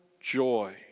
joy